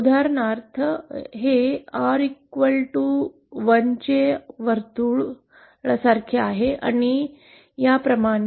उदाहरणार्थ हे R1 वर्तुळाच्या 1 वर्तुळासारखे आहे आणि याप्रमाणे